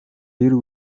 y’u